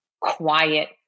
quiet